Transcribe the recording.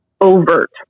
overt